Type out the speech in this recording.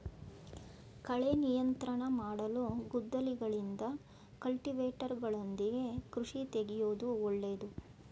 ಕಳೆ ನಿಯಂತ್ರಣ ಮಾಡಲು ಗುದ್ದಲಿಗಳಿಂದ, ಕಲ್ಟಿವೇಟರ್ಗಳೊಂದಿಗೆ ಕೃಷಿ ಕಳೆತೆಗೆಯೂದು ಒಳ್ಳೇದು